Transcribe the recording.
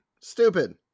stupid